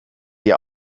die